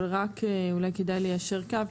אבל רק אולי כדאי ליישר קו.